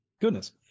Goodness